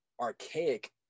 archaic